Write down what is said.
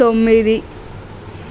తొమ్మిది